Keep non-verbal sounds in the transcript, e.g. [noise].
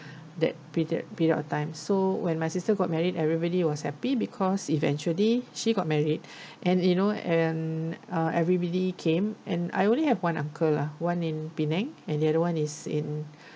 that period period of time so when my sister got married everybody was happy because eventually she got married [breath] and you know and uh everybody came and I only have one uncle lah one in penang and the other one is in